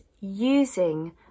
using